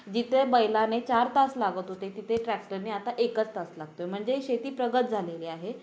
जिथे बैलाने चार तास लागत होते तिथे ट्रॅक्टरनी आता एकच तास लागतो आहे म्हणजे शेती प्रगत झालेली आहे